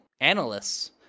analysts